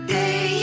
day